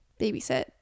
babysit